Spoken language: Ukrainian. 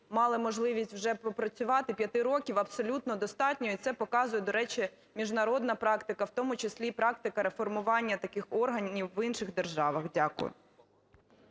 мали можливість вже попрацювати, п'яти років абсолютно достатньо. І це показує, до речі, міжнародна практика, в тому числі і практика реформування таких органів в інших державах. Дякую.